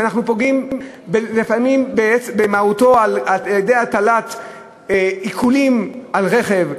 פוגעים לפעמים במהותו של האדם על-ידי הטלת עיקולים על רכב,